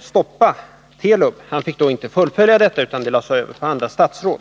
stoppa Telub. Han fick inte fullfölja detta utan det lades över på andra statsråd.